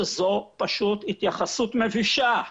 שזו פשוט התייחסות מבישה.